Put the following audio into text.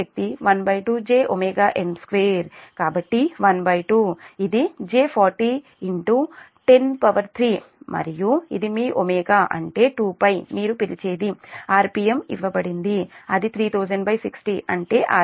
కాబట్టి ½ ఇది J 40 103 మరియు ఇది మీ ω అంటే 2π మీరు పిలిచేది rpm ఇవ్వబడింది అది300060 అంటే rps